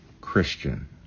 Christian